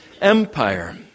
empire